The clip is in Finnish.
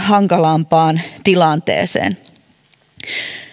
hankalampaan tilanteeseen